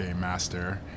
master